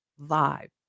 vibe